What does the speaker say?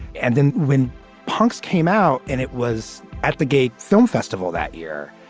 and then when punks came out and it was at the gay film festival that year.